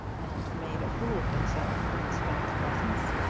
and made a fool of himself in his friend's presence.